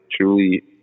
truly